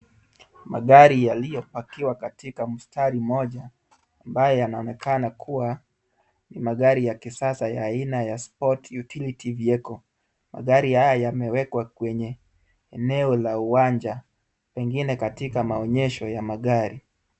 Magari yaliyopakiwa katika mstari moja ambayo yanaonekana kuwa magari ya kisasa ya aina ya Sports Utility Vehicle. Magari haya yamewekwa kwenye eneo la uwanja, pengine katika maonyesho ya magari.